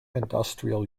industrial